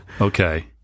Okay